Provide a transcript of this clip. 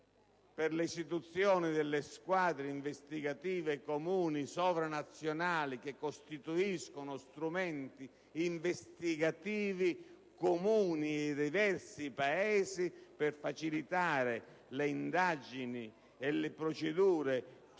per l'istituzione delle squadre investigative comuni sovranazionali - che costituiscono strumenti investigativi comuni ai diversi Paesi per facilitare le indagini e le procedure,